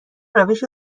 روش